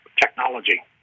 technology